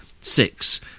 six